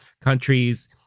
countries